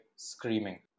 Screaming